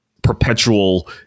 perpetual